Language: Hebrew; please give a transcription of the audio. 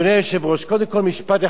משפט אחד בעניין של החוק,